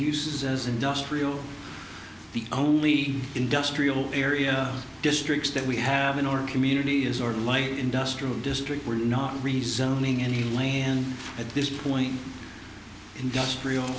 uses as industrial the only industrial area districts that we have in order community is our light industrial district we're not resuming any land at this point industrial